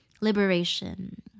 liberation